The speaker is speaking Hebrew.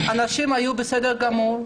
אנשים היו בסדר גמור,